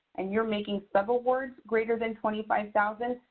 and you're making subawards greater than twenty five thousand,